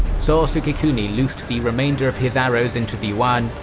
so sukekuni loosed the remainder of his arrows into the yuan,